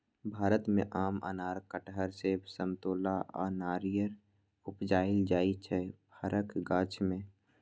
भारत मे आम, अनार, कटहर, सेब, समतोला आ नारियर उपजाएल जाइ छै फरक गाछ मे